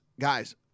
guys